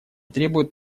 требуют